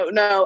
no